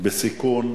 בסיכון,